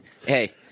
Hey